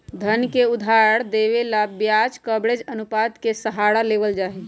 धन के उधार देवे ला ब्याज कवरेज अनुपात के सहारा लेवल जाहई